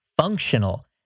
functional